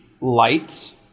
light